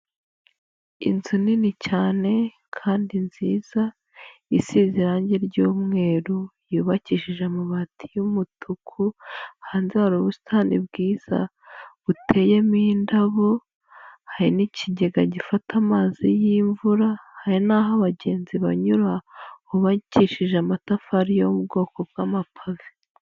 Inzu nini cyane kandi nziza isize irangi ry'umweru, yubakishije amabati y'umutuku, hanze hari ubusitani bwiza buteyemo indabo, hari n'ikigega gifata amazi y'mvura, hari n'aho abagenzi banyura hubakishije amatafari yo mu bwoko bw'amapave.